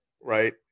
right